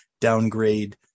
downgrade